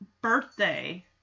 birthday